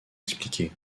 expliqué